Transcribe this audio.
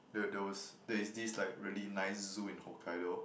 there there was there it's this like really nice zoo in Hokkaido